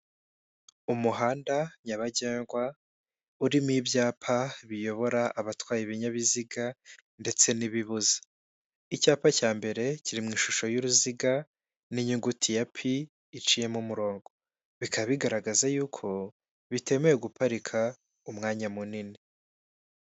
Umuhanda nyabagendwa urimo ibyapa biyobora abatwaye ibinyabiziga ndetse n'ibibuza, icyapa cya mbere kiri mu ishusho y'uruziga n'inyuguti ya pi iciyemo umurongo, bikaba bigaragaza yuko bitemewe guparika umwanya munini.